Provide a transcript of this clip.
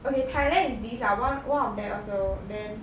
okay thailand is this ah one one of them also then